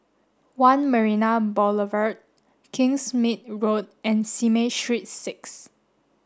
One Marina Boulevard Kingsmead Road and Simei Street six